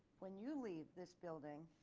when you leave this building